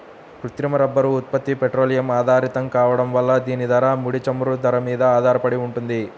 కృత్రిమ రబ్బరు ఉత్పత్తి పెట్రోలియం ఆధారితం కావడం వల్ల దీని ధర, ముడి చమురు ధర మీద ఆధారపడి ఉంటుంది